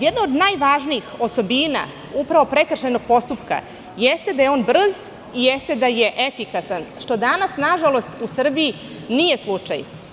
Jedna od najvažnijih osobina prekršajnog postupka jeste da je on brz i jeste da je efikasan, što danas, nažalost, u Srbiji nije slučaj.